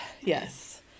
Yes